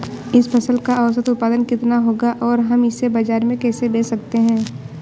इस फसल का औसत उत्पादन कितना होगा और हम इसे बाजार में कैसे बेच सकते हैं?